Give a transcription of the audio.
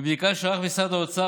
מבדיקה שערך משרד האוצר,